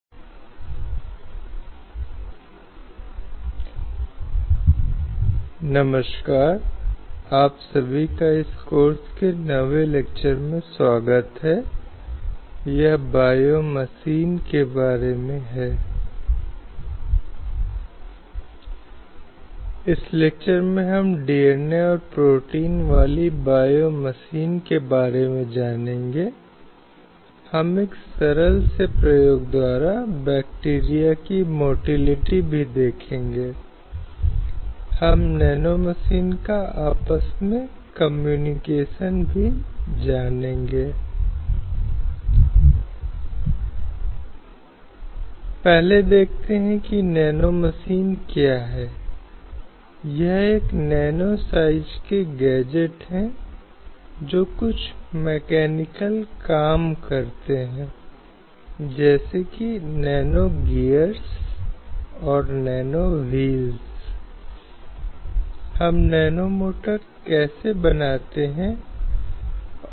NPTEL NPTEL online प्रमाणन पाठ्यक्रम NPTEL online certification course लैंगिक न्याय एवं कार्यस्थल सुरक्षा पर पाठ्यक्रम course on gender justice and workplace security Prodipa Dubey द्वारा राजीव गांधी बौद्धिक संपदा कानून विद्यालय Rajiv Gandhi school of intellectual property law IIT Kharagpur lecture 09 संवैधानिक परिप्रेक्ष्य जारी इस व्याख्यान में हम लिंग न्याय के संबंध में संवैधानिक दृष्टिकोण के साथ जारी रखेंगे